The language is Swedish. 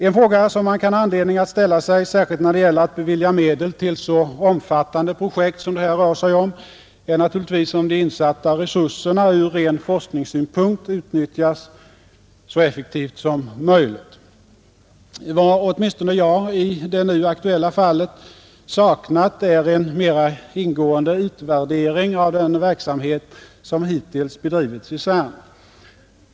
En fråga som man kan ha anledning att ställa sig, särskilt när det gäller att bevilja medel till så omfattande projekt som det här rör sig om, är naturligtvis om de insatta resurserna ur ren forskningssynpunkt utnyttjas så effektivt som möjligt. Vad åtminstone jag saknat i det nu aktuella fallet är en mera ingående utvärdering av den verksamhet som hittills bedrivits vid CERN.